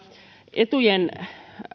etujen